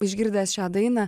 išgirdęs šią dainą